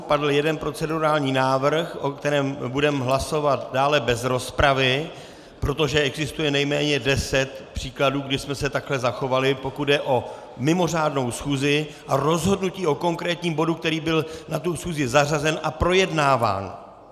Padl jeden procedurální návrh, o kterém budeme hlasovat dále bez rozpravy, protože existuje nejméně deset příkladů, kdy jsme se takhle zachovali, pokud jde o mimořádnou schůzi a rozhodnutí o konkrétním bodu, který byl na tu schůzi zařazen a projednáván.